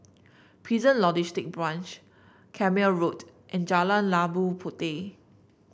Prison Logistic Branch Carpmael Road and Jalan Labu Puteh